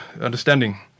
understanding